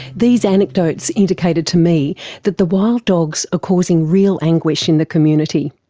these anecdotes indicated to me that the wild dogs are causing real anguish in the community.